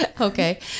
Okay